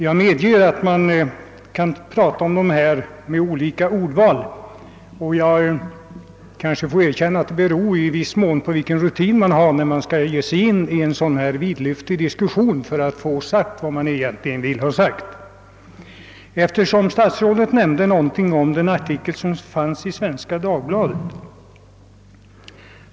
Jag medger att man kan tala om dessa frågor med olika ordval — och jag får kanske erkänna att ordvalet i viss mån beror på vilken rutin man har när man skall ge sig in i en så här vidlyftig diskussion för att få sagt vad man egentligen vill ha sagt. Statsrådet nämnde den artikel som fanns i Svenska Dagbladet.